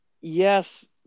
Yes